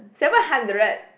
seven hundred